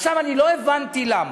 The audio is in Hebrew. עכשיו, אני לא הבנתי למה.